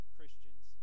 Christians